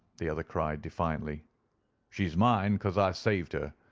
the other cried, defiantly she's mine cause i saved her.